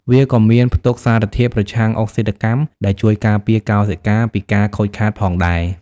វាក៏មានផ្ទុកសារធាតុប្រឆាំងអុកស៊ីតកម្ម ដែលជួយការពារកោសិកាពីការខូចខាតផងដែរ។